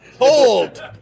Hold